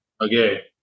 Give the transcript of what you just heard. Okay